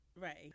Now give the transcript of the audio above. Right